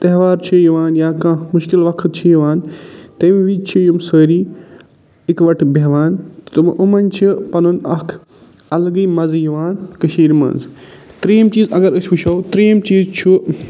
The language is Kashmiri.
تہوار چھِ یِوان یا کانٛہہ مُشکِل وَقَت چھِ یِوان تٔمۍ وِزِ چھِ یِم سٲری اِکوَٹہٕ بہوان تہٕ أمَن چھِ پَنُن اَکھ اَلگٕے مَزٕ یِوان کٔشیٖرِ منٛز ترٛیِم چیٖز اگر أسۍ وٕچھَو ترٛیِم چیٖز چھُ